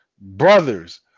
brothers